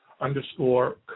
underscore